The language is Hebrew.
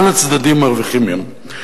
כל הצדדים מרוויחים מהם.